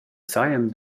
sajan